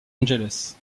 angeles